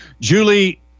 Julie